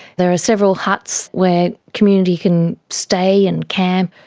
there are several huts where community can stay and camp.